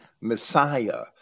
Messiah